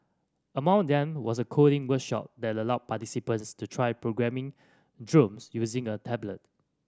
among them was a coding workshop that allowed participants to try programming using a tablet